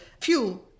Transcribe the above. fuel